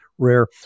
rare